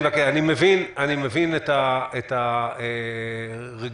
אני מבין את הרגישות.